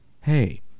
Hey